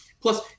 Plus